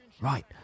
right